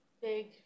big